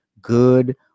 Good